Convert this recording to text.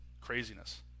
craziness